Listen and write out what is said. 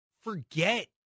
forget